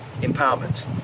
empowerment